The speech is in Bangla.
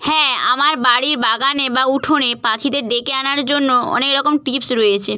হ্যাঁ আমার বাড়ির বাগানে বা উঠোনে পাখিদের ডেকে আনার জন্য অনেক রকম টিপস রয়েছে